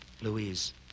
Louise